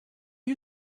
you